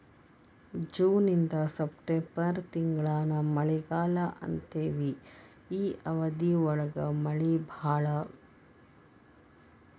June ಇಂದ September ತಿಂಗಳಾನ ಮಳಿಗಾಲಾ ಅಂತೆವಿ ಈ ಅವಧಿ ಒಳಗ ಮಳಿ ಬಾಳ